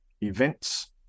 events